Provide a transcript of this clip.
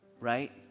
right